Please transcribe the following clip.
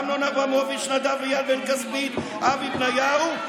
אמנון אברמוביץ', נדב אייל, בן כספית, אבי בניהו.